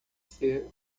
ser